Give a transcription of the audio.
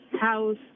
house